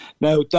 Now